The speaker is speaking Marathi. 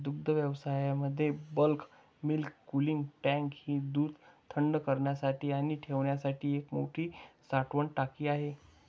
दुग्धव्यवसायामध्ये बल्क मिल्क कूलिंग टँक ही दूध थंड करण्यासाठी आणि ठेवण्यासाठी एक मोठी साठवण टाकी आहे